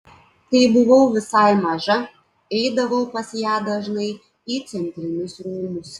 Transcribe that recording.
kai buvau visai maža eidavau pas ją dažnai į centrinius rūmus